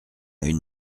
une